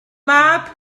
mab